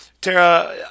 Tara